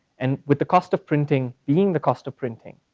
and with the cost of printing, being the cost of printing,